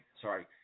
sorry